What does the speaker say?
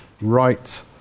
right